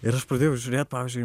ir aš pradėjau žiūrėt pavyzdžiui